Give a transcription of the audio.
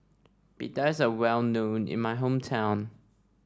Pita is well known in my hometown